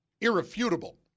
irrefutable